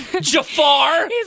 Jafar